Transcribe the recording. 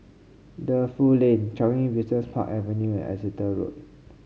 Defu Lane Changi Business Park Avenue and Exeter Road